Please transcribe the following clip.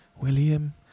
William